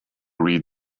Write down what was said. read